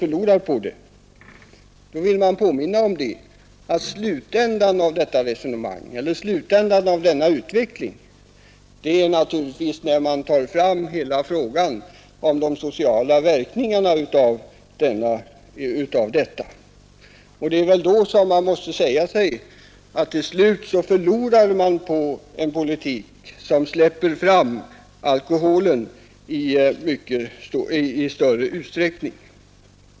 I det sammanhanget vill jag påminna om att slutresultatet av hela detta förlopp ligger längre fram i tiden och naturligtvis måste vägas. Jag syftar på de sociala verkningarna. Man måste framhålla att det är i slutskedet som det framgår att man förlorar på en politik som släpper fram alkoholen i ökad utsträckning.